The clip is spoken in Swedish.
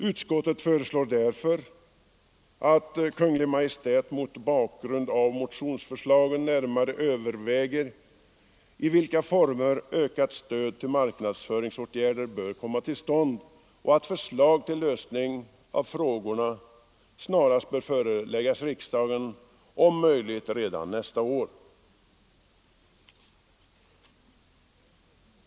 Utskottet föreslår därför att Kungl. Maj:t mot bakgrund av motionsförslagen närmare överväger i vilka former ökat stöd till marknadsföringsåtgärder bör komma till stånd och att förslag till lösning av frågorna snarast föreläggs riksdagen, om möjligt redan nästa år.